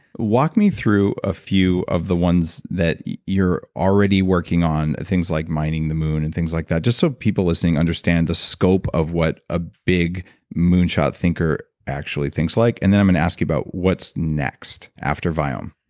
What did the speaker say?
walk me through a few of the ones that you're already working on things like mining the moon and things like that. just so people listening understand the scope of what a big moonshot thinker actually thinks like. and then i'm going to and ask you about what's next after viome?